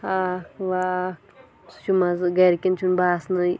ہاکھ واکھ سُہ چھُ مَزٕ گَھرِکٮ۪ن چھُنہٕ باسنٕے